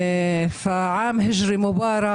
אומרת מילים בשפה הערבית.